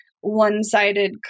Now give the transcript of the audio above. one-sided